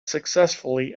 successfully